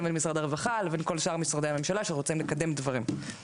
משרד הרווחה ולבין כל שאר משרדי הממשלה שרוצים לקדם דברים.